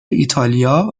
ایتالیا